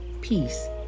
peace